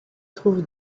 trouve